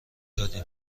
دادیم